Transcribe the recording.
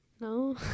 No